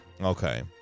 Okay